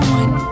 one